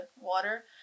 water